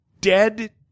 dead